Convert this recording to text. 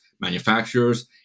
manufacturers